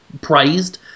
praised